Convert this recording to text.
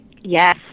Yes